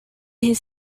his